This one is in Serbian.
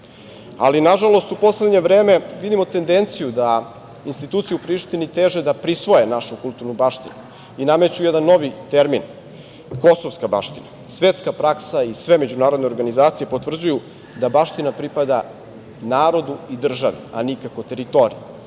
ali nažalost u poslednje vreme vidimo tendenciju da institucije u Prištini teže da prisvoje našu kulturnu baštinu i nameću jedan novi termin – kosovska baština. Svetska praska i sve međunarodne organizacije potvrđuju da baština pripada narodu i državi, a nikako teritoriji.